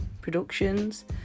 Productions